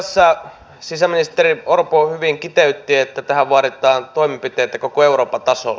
tässä sisäministeri orpo hyvin kiteytti että tähän vaaditaan toimenpiteitä koko euroopan tasolla